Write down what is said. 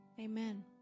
Amen